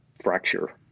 fracture